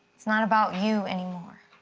it's not about you anymore.